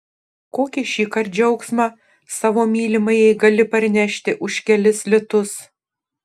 kokį šįkart džiaugsmą savo mylimajai gali parnešti už kelis litus